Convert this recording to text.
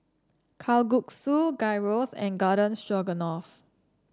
Kalguksu Gyros and Garden Stroganoff